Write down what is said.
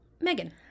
Megan